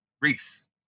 Reese